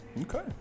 Okay